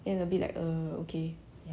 中中国人 it's like better lor